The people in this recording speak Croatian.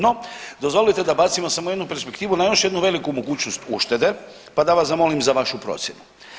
No, dozvolite da bacimo samo jednu perspektivu na još jednu veliku mogućnost uštede pa da vas zamolim za vašu procjenu.